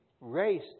race